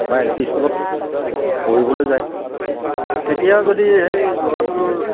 বা L P স্কুলত পঢ়িবলৈ যায় তেতিয়া যদি সেই ল'ৰাটোৰ